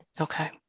Okay